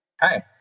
Hi